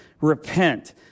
Repent